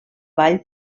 ball